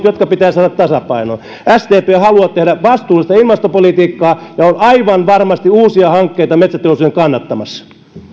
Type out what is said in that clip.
jotka pitää saada tasapainoon sdp haluaa tehdä vastuullista ilmastopolitiikkaa ja on aivan varmasti uusia hankkeita metsäteollisuudelle kannattamassa